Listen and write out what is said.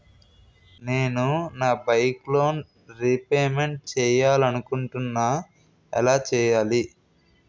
నేను నా bike loan repayment చేయాలనుకుంటున్నా ఎలా చేయాలి?